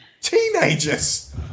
teenagers